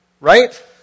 Right